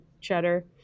cheddar